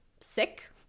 sick